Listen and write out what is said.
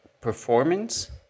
performance